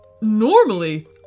Normally